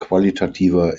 qualitative